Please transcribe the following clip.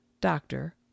doctor